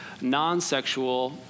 non-sexual